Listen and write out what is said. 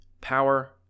Power